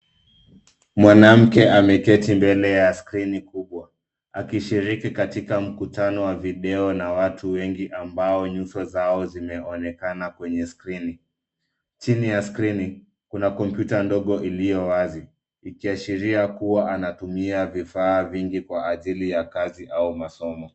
Mwanamke ameketi mbele ya skrini kubwa akishiriki katika mkutano wa video na watu wengi ambao nyuso zao zimeonekana kwenye skrini. Chini ya skrini kuna kompyuta ndogo iliyo wazi ikiashiria kuwa anatumia vifaa vingi kwa ajili ya kazi au masomo.